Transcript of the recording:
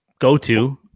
go-to